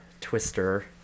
Twister